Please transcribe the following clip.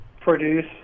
produce